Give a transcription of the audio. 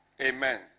Amen